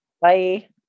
Bye